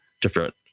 different